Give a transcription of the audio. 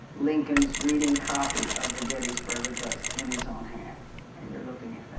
lincoln's reading copy of the gettysburg address in his own hand and you're looking